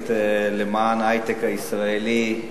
שעוסקת בהיי-טק הישראלי,